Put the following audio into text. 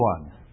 one